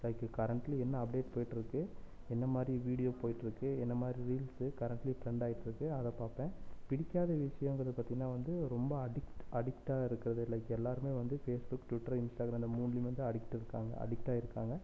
currently என்ன update போய்ட்டு இருக்கு என்ன மாதிரி வீடியோ போய்ட்டு இருக்கு என்ன மாதிரி ரீல்ஸ் கரெண்ட்லி ட்ரெண்டாயிட்டு இருக்கு அதை பார்ப்பேன் பிடிக்காத விஷயோம்ங்கறது பார்த்திங்கன்னா வந்து ரொம்ப அடிக்ட் அடிக்ட்டாக இருக்கிறது லைக் எல்லாருமே வந்து ஃபேஸ்புக் டுவிட்ரு இன்ஸ்டாகிராம் இந்த மூணுலையும் வந்து அடிக்ட் இருக்காங்க அடிக்ட்டாக இருக்காங்க